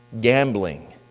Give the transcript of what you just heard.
gambling